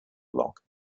block